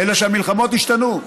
אלא שהמלחמות השתנו,